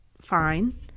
fine